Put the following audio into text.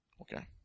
Okay